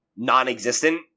non-existent